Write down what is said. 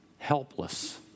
Helpless